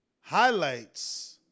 highlights